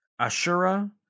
Ashura